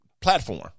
platform